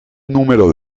número